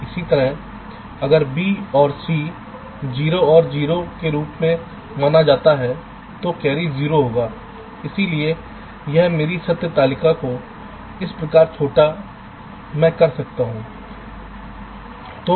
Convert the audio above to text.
इसी तरह अगर b और c को 0 और 0 के रूप में माना जाता है तो कैरी 0 होगा इसलिए यहां मेरी सत्य तालिका को इस प्रकार छोटामैं कर सकता हूं सही